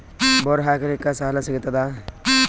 Bore ಹಾಕಲಿಕ್ಕ ಸಾಲ ಸಿಗತದ?